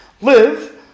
live